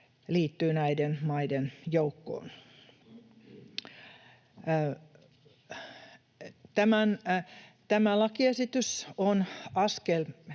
liittyy näiden maiden joukkoon. Tämä lakiesitys on askel